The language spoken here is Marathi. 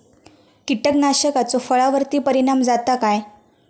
कीटकनाशकाचो फळावर्ती परिणाम जाता काय?